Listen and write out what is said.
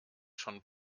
schon